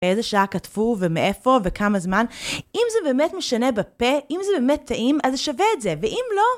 איזה שעה כתבו, ומאיפה, וכמה זמן, אם זה באמת משנה בפה, אם זה באמת טעים, אז שווה את זה, ואם לא...